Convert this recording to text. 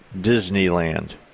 disneyland